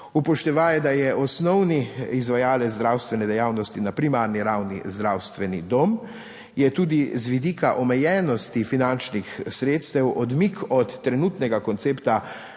Upoštevaje, da je osnovni izvajalec zdravstvene dejavnosti na primarni ravni zdravstveni dom, je tudi z vidika omejenosti finančnih sredstev odmik od trenutnega koncepta